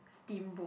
steamboat